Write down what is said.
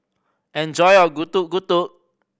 enjoy your Getuk Getuk